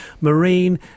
marine